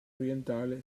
orientale